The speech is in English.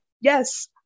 yes